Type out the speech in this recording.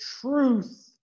truth